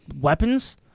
weapons